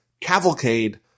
cavalcade